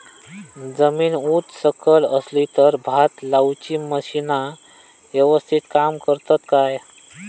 जमीन उच सकल असली तर भात लाऊची मशीना यवस्तीत काम करतत काय?